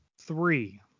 three